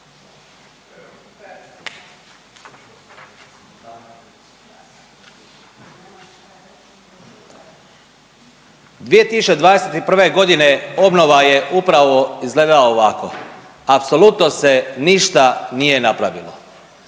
2021.g. obnova je upravo izgledala ovako, apsolutno se ništa nije napravilo.